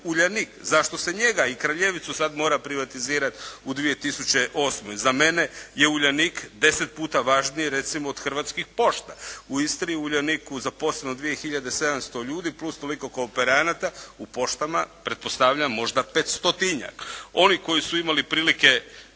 Zašto se njega i Kraljevicu sad mora privatizirati u 2008? Za mene je Uljanik 10 puta važniji recimo od Hrvatskih pošta. U Istri je u Uljaniku zaposleno 2700 ljudi plus toliko kooperanata. U poštama pretpostavljam možda petstotinjak. Oni koji su imali prilike